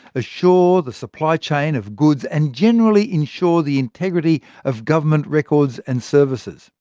assure the supply chain of goods and generally ensure the integrity of government records and services'.